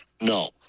no